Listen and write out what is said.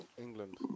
England